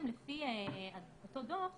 לפי אותו דוח